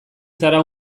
zara